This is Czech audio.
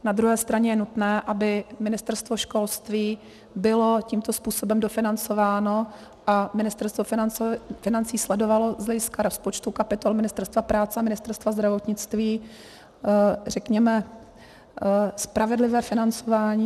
Na druhé straně je nutné, aby Ministerstvo školství bylo tímto způsobem dofinancováno a Ministerstvo financí sledovalo z hlediska rozpočtu kapitol Ministerstva práce a Ministerstva zdravotnictví spravedlivé financování.